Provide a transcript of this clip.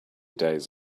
days